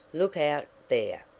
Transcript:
look out, there,